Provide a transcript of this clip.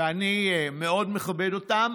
ואני מאוד מכבד אותם,